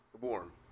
warm